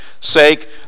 sake